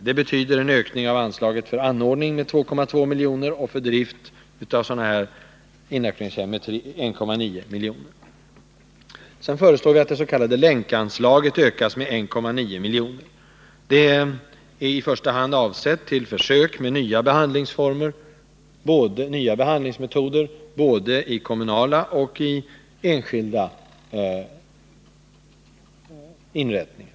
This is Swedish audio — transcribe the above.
Utskottets förslag innebär en ökning av anslaget för anordnande av inackorderingshem med 2,2 miljoner och för drift med 1,9 miljoner. Vi föreslår vidare att det s.k. Länkanslaget ökas med 1.9 miljoner. Höjningen är i första hand avsedd för försök med nya behandlingsformer och nya behandlingsmetoder i såväl kommunala som enskilda inrättningar.